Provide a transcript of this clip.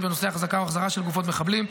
בנושא החזקה או החזרה של גופות מחבלים,